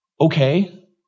Okay